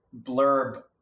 blurb